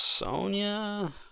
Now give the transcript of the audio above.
Sonya